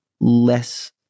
less